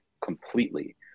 completely